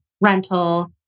rental